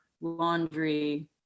laundry